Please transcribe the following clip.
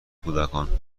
کودکان